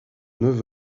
neuf